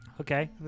Okay